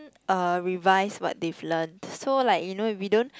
uh revise what they've learnt so like you know if you don't